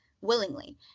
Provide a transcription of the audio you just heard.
willingly